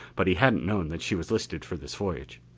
but he hadn't known that she was listed for this voyage.